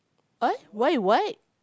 what why you what